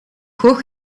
gogh